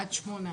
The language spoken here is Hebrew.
עד שמונה.